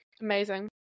Amazing